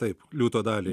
taip liūto dalį